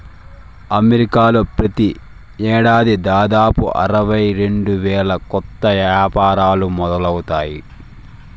అమెరికాలో ప్రతి ఏడాది దాదాపు అరవై రెండు వేల కొత్త యాపారాలు మొదలవుతాయి